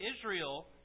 Israel